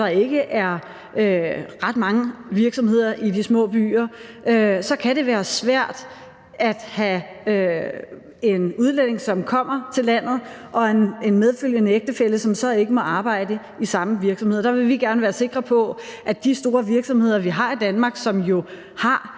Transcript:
der ikke er ret mange virksomheder, i de små byer, kan det være svært at have en udlænding, som kommer til landet, og en medfølgende ægtefælle, som så ikke må arbejde i samme virksomhed. Der vil vi gerne være sikre på, at de store virksomheder, vi har i Danmark, som jo har